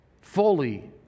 fully